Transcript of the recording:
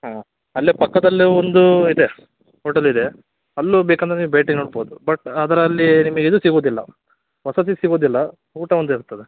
ಹ್ಞೂ ಅಲ್ಲೆ ಪಕ್ಕದಲ್ಲೆ ಒಂದು ಇದೆ ಹೋಟಲ್ ಇದೆ ಅಲ್ಲು ಬೇಕೆಂದ್ರೆ ನೀವು ಭೇಟಿ ನೀಡ್ಬೋದು ಬಟ್ ಅದ್ರಲ್ಲಿ ನಿಮಿಗೆ ಇದು ಸಿಗೋದಿಲ್ಲ ವಸತಿ ಸಿಗೋದಿಲ್ಲ ಊಟ ಒಂದು ಇರ್ತದೆ